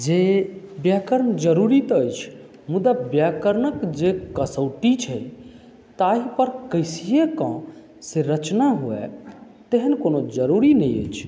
जे व्याकरण जरुरी तऽ अछि मुदा व्याकरणके जे कसौटी छै ताहि पर कसिये कऽ से रचना हुए तेहन कोनो जरुरी नहि अछि